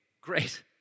great